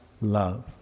love